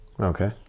Okay